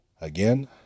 Again